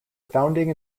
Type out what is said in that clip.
founding